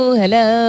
hello